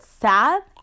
sad